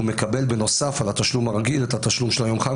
הוא מקבל בנוסף על התשלום הרגיל את התשלום של יום החג,